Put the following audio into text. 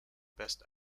best